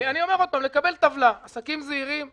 אני אומר עוד פעם: לקבל טבלה: עסקים זעירים,